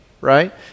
right